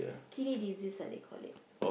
kidney disease ah they call it